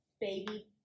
baby